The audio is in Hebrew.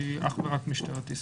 היא אך ורק משטרת ישראל.